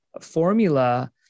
formula